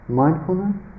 mindfulness